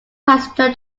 passenger